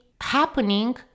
happening